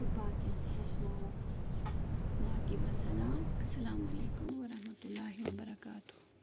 تہٕ باقِیَن تہِ ہیٚچھناوان باقی وَسلام السلام علیکُم ورحمتُہ اللہ وبرکاتہوٗ